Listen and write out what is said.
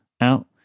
out